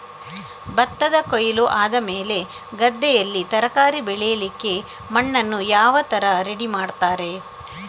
ಭತ್ತದ ಕೊಯ್ಲು ಆದಮೇಲೆ ಗದ್ದೆಯಲ್ಲಿ ತರಕಾರಿ ಬೆಳಿಲಿಕ್ಕೆ ಮಣ್ಣನ್ನು ಯಾವ ತರ ರೆಡಿ ಮಾಡ್ತಾರೆ?